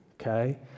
okay